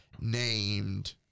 named